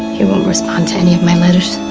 he won't respond to any of my letters